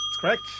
correct